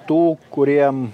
tų kuriem